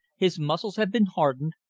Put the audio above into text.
his muscles have been hardened,